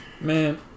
Man